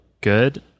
good